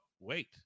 wait